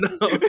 No